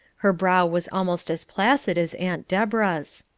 her brow was almost as placid as aunt deborah's.